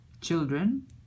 children